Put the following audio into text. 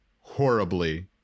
horribly